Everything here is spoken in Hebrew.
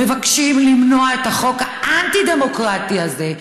מבקשים למנוע את החוק האנטי-דמוקרטי הזה.